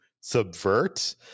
subvert